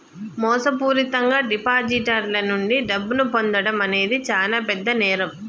మోసపూరితంగా డిపాజిటర్ల నుండి డబ్బును పొందడం అనేది చానా పెద్ద నేరం